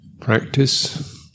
practice